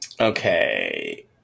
okay